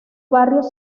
barrios